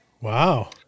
Wow